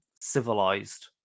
civilized